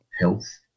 health